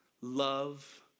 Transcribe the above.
love